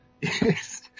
Yes